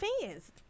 fans